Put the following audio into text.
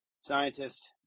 scientist